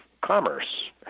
commerce